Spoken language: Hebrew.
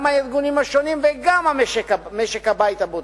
גם הארגונים השונים וגם משק-הבית הבודד.